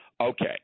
Okay